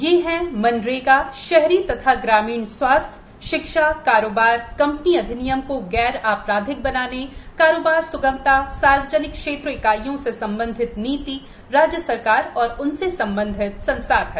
ये हैं मनरेगा शहरी तथा ग्रामीण स्वास्थ्य शिक्षा कारोबार कंपनी अधिनियम को गैर आपराधिक बनाने कारोबार सुगमता सार्वजनिक क्षेत्र इकाइयों से संबंधित नीति राज्य सरकार और उनसे संबंधित संसाधन